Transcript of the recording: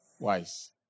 Wise